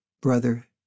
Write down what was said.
brother